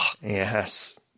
Yes